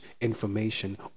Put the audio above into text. information